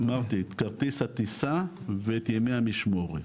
אמרתי, את כרטיס הטיסה ואת ימי המשמורת.